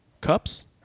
cups